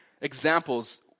Examples